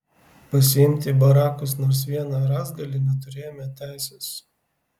pasiimti į barakus nors vieną rąstgalį neturėjome teisės